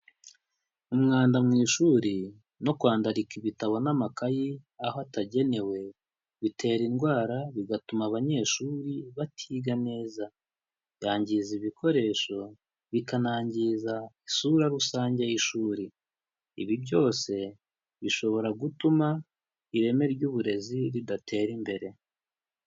Umwanda mu ishuri no kwandirika ibitabo n'amakayi aho atagenewe bitera indwara bigatuma abanyeshuri batiga neza, byangiza ibikoresho bikanangiza isura rusange y'ishuri, ibi byose bishobora gutuma ireme ry'uburezi ridatera imbere.